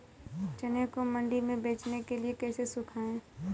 चने को मंडी में बेचने के लिए कैसे सुखाएँ?